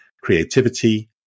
creativity